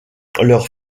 leur